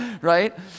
right